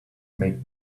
make